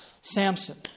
Samson